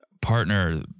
partner